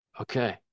Okay